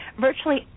Virtually